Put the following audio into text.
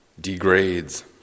degrades